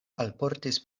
alportis